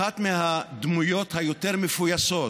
אחת הדמויות היותר-מפויסות,